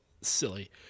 silly